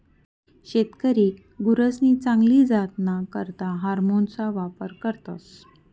शेतकरी गुरसनी चांगली जातना करता हार्मोन्सना वापर करतस